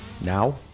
now